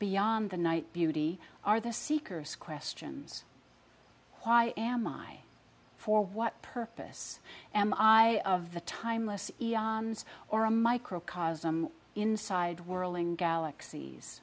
beyond the night beauty are the seekers questions why am i for what purpose am i of the timeless or a microcosm inside whirling galaxies